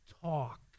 talk